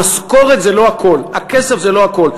המשכורת זה לא הכול, הכסף זה לא הכול.